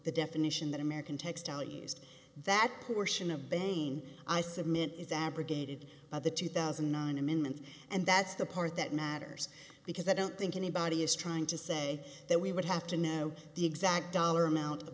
the definition that american textile used that portion of banking i submit is abrogated by the two thousand and nine amendment and that's the part that matters because i don't think anybody is trying to say that we would have to know the exact dollar amount of